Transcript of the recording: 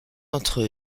entre